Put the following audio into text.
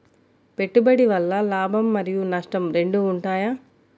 పెట్టుబడి వల్ల లాభం మరియు నష్టం రెండు ఉంటాయా?